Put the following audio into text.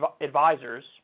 Advisors